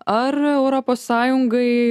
ar europos sąjungai